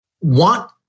want